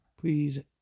Please